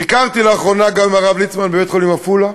ביקרתי לאחרונה עם הרב ליצמן בבית-חולים עפולה,